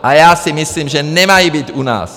A já si myslím, že nemají být u nás!